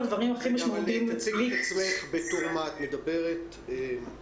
תציגי את עצמך בבקשה.